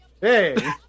Hey